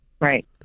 right